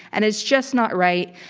and it's just not right,